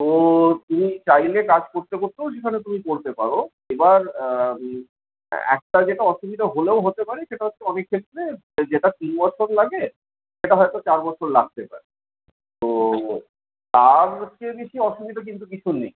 তো তুমি চাইলে কাজ করতে করতেও সেখানে তুমি পড়তে পারো এবার একটা যেটা অসুবিধা হলেও হতে পারে সেটা হচ্ছে অনেক ক্ষেত্রে যেটা তিন বছর লাগে সেটা হয়তো চার বছর লাগতে পারে তো তার চেয়ে বেশি অসুবিধা কিন্তু কিছু নেই